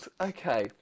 Okay